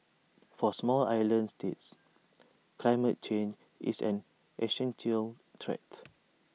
for small island states climate change is an Asian till threat